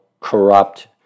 corrupt